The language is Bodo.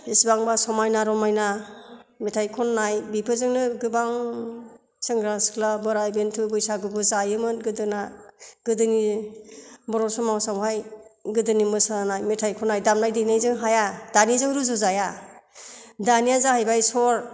बेसेबांबा समायना रमायना मेथाइ खननाय बेफोरजोंनो गोबां सेंग्रा सिख्ला बोराय बेन्थ' बैसागुबो जायोमोन गोदोना गोदोनि बर' समाजाव हाय गोदोनि मोसानाय मेथाइ खननाय दामनाय देनाय जों हाया दानिजों रुजुजाया दानिया जाहैबाय सर्थ